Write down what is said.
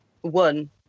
one